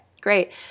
great